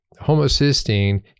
Homocysteine